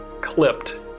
clipped